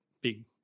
big